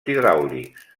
hidràulics